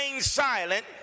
silent